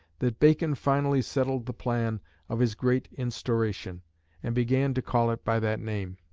that bacon finally settled the plan of his great instauration and began to call it by that name.